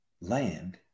land